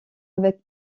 avec